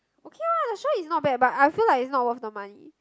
okay lah that's why is not bad but I feel like is not worth some money